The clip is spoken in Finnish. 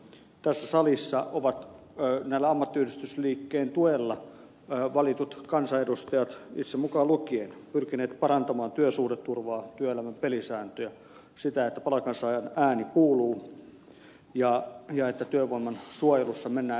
tässä salissa ovat näillä ammattiyhdistysliikkeen tuilla valitut kansanedustajat itse mukaan lukien pyrkineet parantamaan työsuhdeturvaa työelämän pelisääntöjä sitä että palkansaajan ääni kuuluu ja että työvoiman suojelussa mennään eteenpäin